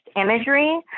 imagery